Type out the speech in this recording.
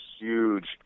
huge